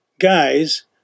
guys